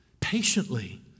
patiently